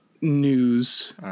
news